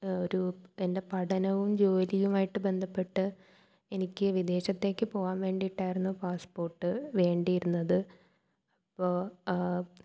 ഒരു എൻ്റെ പഠനവും ജോലിയുമായിട്ടു ബന്ധപ്പെട്ട് എനിക്ക് വിദേശത്തേക്കു പോകാൻ വേണ്ടിയിട്ടായിരുന്നു പാസ്പ്പോട്ട് വേണ്ടിയിരുന്നത് അപ്പോൾ